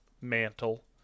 mantle